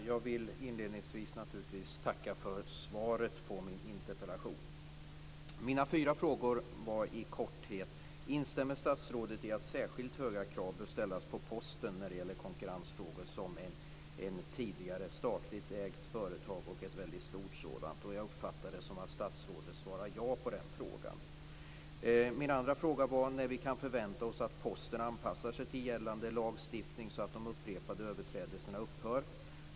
Fru talman! Inledningsvis vill jag naturligtvis tacka för svaret på min interpellation. Jag hade fyra frågor. Den första var i korthet: Instämmer statsrådet i att särskilt höga krav bör ställas på Posten, som ett tidigare väldigt stort monopolföretag, när det gäller konkurrensfrågor? Jag uppfattade det som att statsrådet svarar ja på den frågan. Min andra fråga gällde när vi kan förvänta oss att Posten anpassar sig till gällande lagstiftning, så att de upprepade överträdelserna upphör.